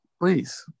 please